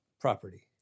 property